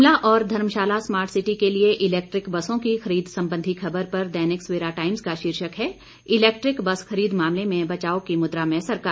शिमला और Dharamshala smart city के लिए इलैक्ट्रिक बसों की खरीद संबंधी खबर पर दैनिक सवेरा टाइम्स का शीर्षक है इलैक्ट्रिक बस खरीद मामले में बचाव की मुद्रा में सरकार